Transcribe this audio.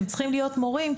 הם צריכים להיות מורים,